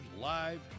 live